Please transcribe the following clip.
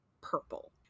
purple